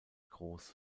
groß